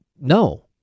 no